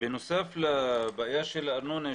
בנוסף לבעיה של הארנונה,